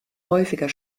häufiger